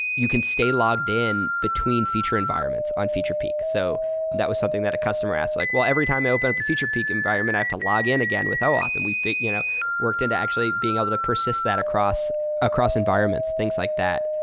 you can stay logged in between feature environments on featurepeek. so that was something that a customer asked, like, well every time i open up a featurepeek environment, i have to login again with oauth, and we you know worked in to actually being able to persist that across across environments, things like that.